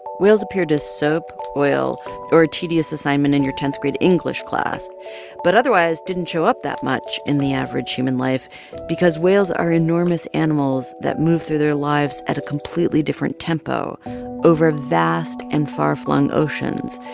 whales appeared as soap, oil or a tedious assignment in your tenth grade english class but otherwise didn't show up that much in the average human life because whales are enormous animals that move through their lives at a completely different tempo over vast and far-flung oceans.